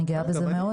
אני גאה בזה מאוד.